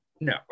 No